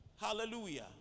Hallelujah